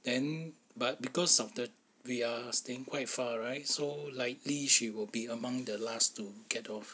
then but because of the we are staying quite far right so likely she will be among the last to get off